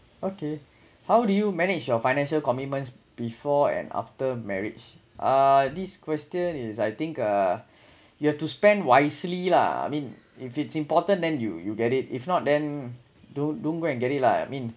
okay how do you manage your financial commitments before and after marriage uh this question is I think uh you have to spend wisely lah I mean if it's important then you you get it if not then don't don't go and get it lah I mean